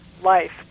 life